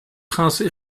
princes